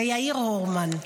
ליאיר הורן,